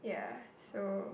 yeah so